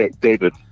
David